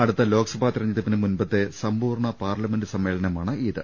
അടുത്ത ലോക്സഭാ തെരഞ്ഞെടുപ്പിന് മുമ്പത്തെ സമ്പൂർണ്ണ പാർലമെന്റ് സമ്മേളനമാണിത്